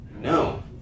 No